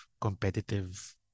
competitive